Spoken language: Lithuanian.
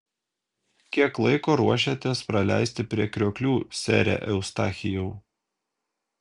kiek laiko ruošiatės praleisti prie krioklių sere eustachijau